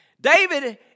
David